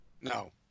no